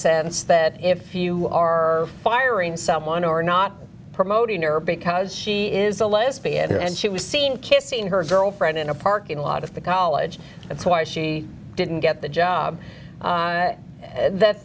sense that if you are firing someone or not promoting her because she is a lesbian and she was seen kissing her girlfriend in a parking lot of the college that's why she didn't get the job